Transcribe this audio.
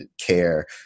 care